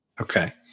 Okay